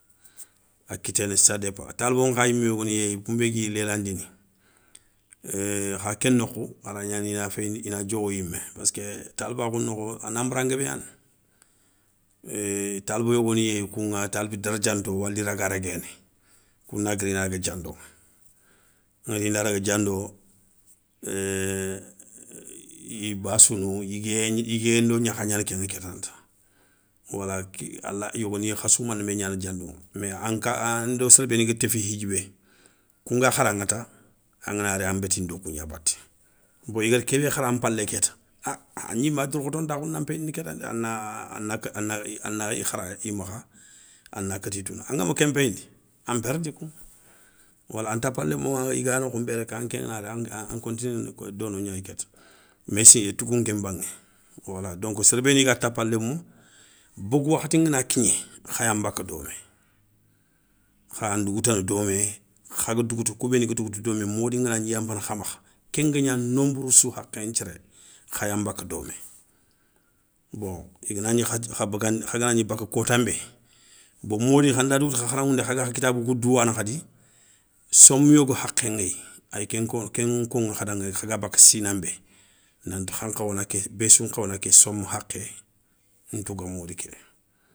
A kiténé sa dépa, talibo nkha yimé yogoni yéyi founbé gui lélandini kha ké nokhou a raya gnana ina féyindi ina diowo yimé paskeu, talibakhou nokho a nanbara nguébé gnani, éé talibo yogoni yéyi kouŋa taliba daradjanto wali raga réguéné, kouna guiri i na daga diando, inda daga diando, iyi bassounou yiguéyé nda yiguéyé ndo gnakha gnani kéŋa kétanta. Wala ala yogoniya khassou manémé gnana diando mé anka ando séré béni ga téfi hidjibé, kounga kharaŋa ta angana ri an bétini do kougna baté, bo i gada ké bé khara an palé kéta, a a gnima dourkhotontakhou na npéyindini ketandé. Ana, a na kat, a na i khara i makha, a na kati tounou angama ké npéyindi a npérdi kouŋa, wala a n tapalémoŋa i ga nokhou bé anké ŋa an continéné donognayi kéta. Meyssi tougou nké nbaŋé, wala donk soro béni ga tapalémo, bogou wakhati ngana kigné khaya nbaka domé, khaya ndougoutana domé, khaga dougouta, kou béni ga dougouta mody nganagni yanpana kha makha kéngagna nombara sou hakhé nthiéré khaya nbaka domé. Bon i ganagni kha bagandini, kha ganagni bakka kotanbé, bon modi khanda dougouta kha kharaŋoundé khaga kha kitabou kou douwana khadi, somme yogo hakhé ŋéyi, ayi kén kono kha daŋéyi khaga bakka sina nbé. Nanti khan nkhawa na ké béssou nkhawa na ké somme hakhé ntouga mody ké da.